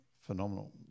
phenomenal